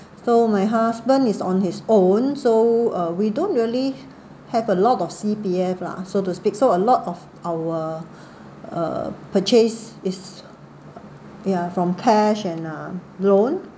so my husband is on his own so uh we don't really have a lot of C_P_F lah so to speak so a lot of our uh purchase is ya from cash and uh loan